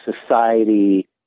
society